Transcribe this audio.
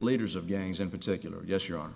leaders of gangs in particular yes you're on